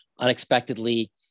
Unexpectedly